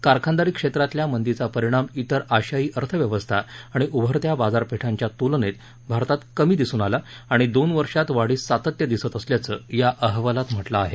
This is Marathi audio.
कारखानदारी क्षेत्रातल्या मंदीचा परिणाम इतर आशियायी अर्थव्यवस्था आणि उभरत्या बाजारपेठांच्या तुलनेत भारतात कमी दिसून आला आणि दोन वर्षात वाढीत सातत्य दिसत असल्याचं या अहवालात म्हटलं आहे